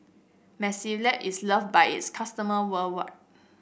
mepilex is loved by its customer worldwide